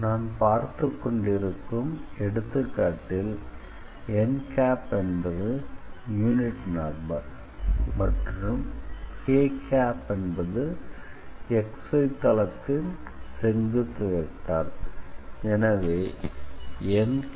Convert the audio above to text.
நாம் பார்த்துக்கொண்டிருக்கும் எடுத்துக்காட்டில் n என்பது யூனிட் நார்மல் மற்றும் k என்பது XY தளத்தின் செங்குத்து வெக்டார் எனவே n